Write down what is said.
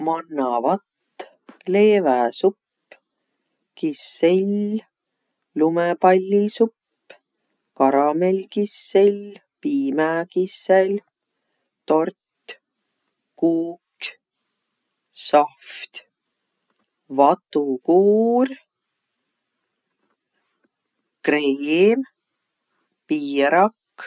Mannavatt, leeväsupp, kisselllumõpallisupp, karamellkissell, piimäkissell, tort, kuuk, sahvt, vatukuur, kriim, piirak.